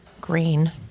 green